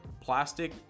plastic